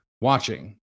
watching